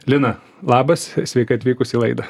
lina labas sveika atvykus į laidą